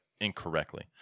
incorrectly